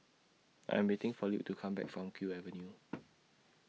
I Am waiting For Luke to Come Back from Kew Avenue